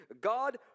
God